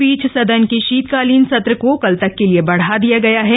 इस बीच सदन के शीतकालीन सत्र को कल तक के लिये बढ़ा दिया गया है